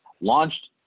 launched